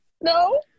No